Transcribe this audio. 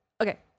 Okay